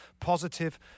Positive